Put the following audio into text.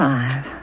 Five